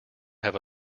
have